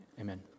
Amen